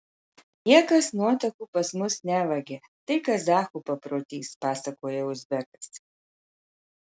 niekas nuotakų pas mus nevagia tai kazachų paprotys pasakoja uzbekas